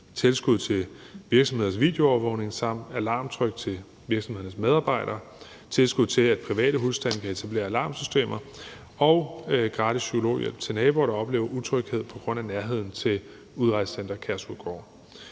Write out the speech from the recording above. tilskud til virksomheders videoovervågning samt alarmtryk til virksomhedernes medarbejdere, tilskud til, at private husstande kan etablere alarmsystemer, og gratis psykologhjælp til naboer, der oplever utryghed på grund af nærheden til Udrejsecenter Kærshovedgård.